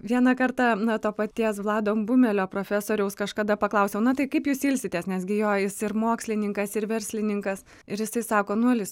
vieną kartą na to paties vlado bumelio profesoriaus kažkada paklausiau na tai kaip jūs ilsitės nes gi jo jis ir mokslininkas ir verslininkas ir jisai sako nulis